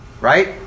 right